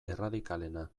erradikalena